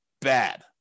Bad